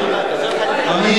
בבקשה, אדוני.